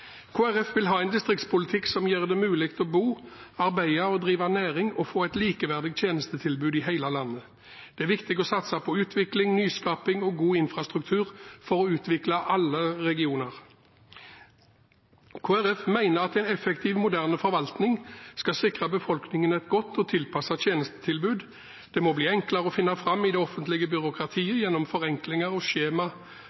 Folkeparti vil ha en distriktspolitikk som gjør det mulig å bo, arbeide, drive næring og få et likeverdig tjenestetilbud i hele landet. Det er viktig å satse på utvikling, nyskaping og god infrastruktur for å utvikle alle regioner. Kristelig Folkeparti mener at en effektiv, moderne forvaltning skal sikre befolkningen et godt og tilpasset tjenestetilbud. Det må bli enklere å finne fram i det offentlige byråkratiet